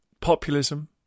populism